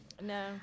No